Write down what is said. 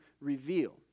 reveal